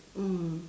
mm